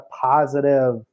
positive